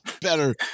better